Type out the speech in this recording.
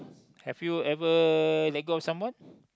have you ever let go of someone